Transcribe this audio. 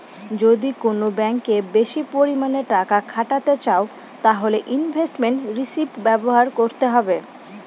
যদি কোন ব্যাঙ্কে বেশি পরিমানে টাকা খাটাতে চাও তাহলে ইনভেস্টমেন্ট রিষিভ ব্যবহার করতে হবে